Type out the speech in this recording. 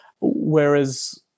Whereas